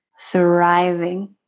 thriving